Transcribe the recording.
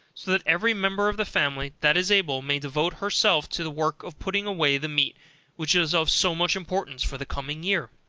so that every member of the family, that is able, may devote herself to the work of putting away the meat which is of so much importance for the coming year,